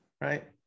right